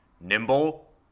Nimble